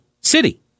city